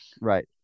Right